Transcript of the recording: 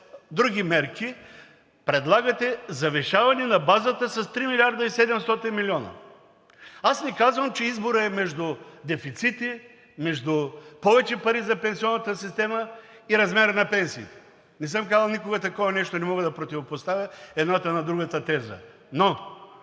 други мерки и предлагате завишаване на базата с 3 милиарда и 700 милиона. Аз не казвам, че изборът е между дефицити, между повече пари за пенсионната система и размера на пенсиите. Не съм казал никога такова нещо и не мога да противопоставя едната на другата теза. Но